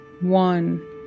One